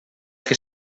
que